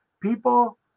people